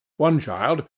one child,